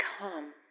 come